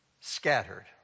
scattered